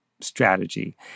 strategy